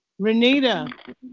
Renita